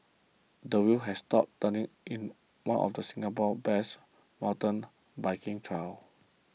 the wheels have stopped turning in one of Singapore's best mountain biking trails